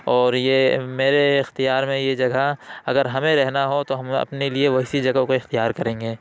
اور یہ میرے اختیار میں یہ جگہ اگر ہمیں رہنا ہو تو ہم یہاں اپنے لیے ویسی جگہ کو اختیار کریں گے